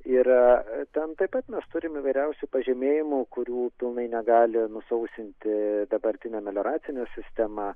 yra ten taip pat mes turim įvairiausių pažymėjimų kurių pilnai negali nusausinti dabartinė melioracinė sistema